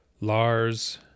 Lars